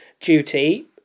duty